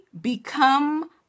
become